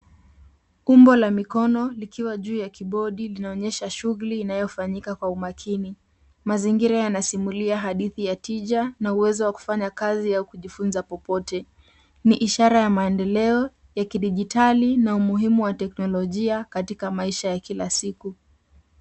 Umbo la mikono likiwa juu ya kibodi linaonyesha shughuli inayofanyika kwa umakini. Mazingira yanasimulia hadithi ya tija na uwezo wa kufanya kazi ya kujifunza popote. Ni ishara ya maendeleo ya kidijitali na umuhimu wa teknolojia katika maisha ya kila siku.